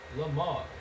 Lamar